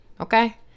okay